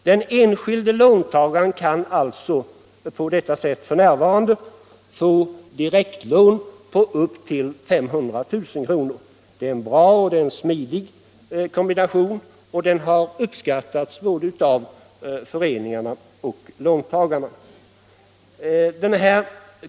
Den enskilde låntagaren kan på detta sätt f. n. få direktlån på upp till 500 000 kr. Det är en bra och smidig kombination, och den har uppskattats av både föreningar och låntagare.